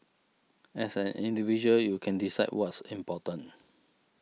as an individual you can decide what's important